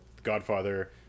Godfather